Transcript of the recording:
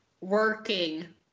working